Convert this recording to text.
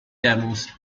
demos